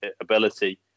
ability